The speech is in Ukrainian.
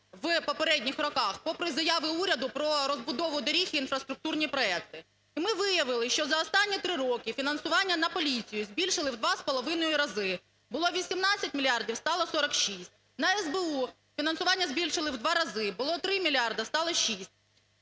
у попередніх роках, попри заяви уряду про розбудову доріг і інфраструктурні проекти. Ми виявили, що за останні три роки фінансування на поліцію збільшили в 2,5 рази: було 18 мільярдів – стало 46. На СБУ фінансування збільшили в 2 рази: було 3 мільярда – стало 6.